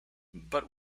but